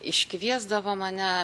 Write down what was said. iškviesdavo mane